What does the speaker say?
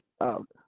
out